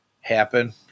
happen